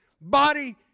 body